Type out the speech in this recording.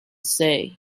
say